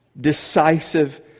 decisive